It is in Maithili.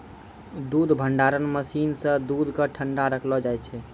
दूध भंडारण मसीन सें दूध क ठंडा रखलो जाय छै